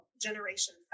Generation